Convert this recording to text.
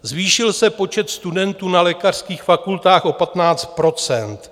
Zvýšil se počet studentů na lékařských fakultách o 15 %.